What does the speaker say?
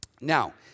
Now